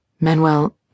Manuel